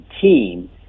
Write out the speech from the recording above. team